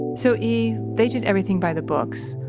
so e, they did everything by the books.